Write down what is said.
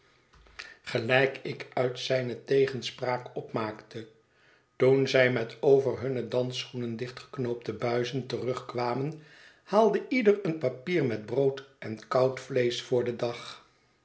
gelijk ik uit zijne tegenspraak opmaakte toen zij met over hunne dansschoenen dichtgeknoopte buizen terugkwamen haalde ieder een papier met brood en koud vleesch voor den dag